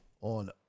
on